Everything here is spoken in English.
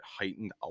heightened